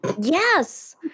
Yes